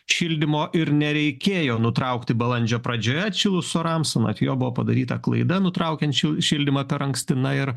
šildymo ir nereikėjo nutraukti balandžio pradžioje atšilus orams anot jo buvo padaryta klaida nutraukiančių šildymą per anksti na ir